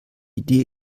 idee